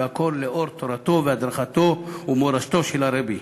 והכול לאור תורתו והדרכתו ומורשתו של הרבי.